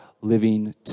living